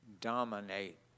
dominate